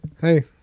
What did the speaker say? Hey